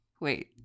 wait